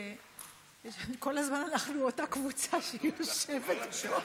שכל הזמן אנחנו אותה קבוצה שיושבת פה.